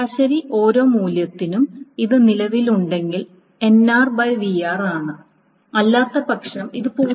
ശരാശരി ഓരോ മൂല്യത്തിനും ഇത് നിലവിലുണ്ടെങ്കിൽ nrvr ആണ് അല്ലാത്തപക്ഷം ഇത് 0